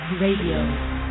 Radio